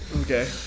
Okay